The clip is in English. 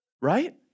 Right